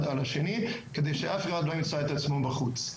על השני כדי שאף אחד לא ימצא את עצמו בחוץ.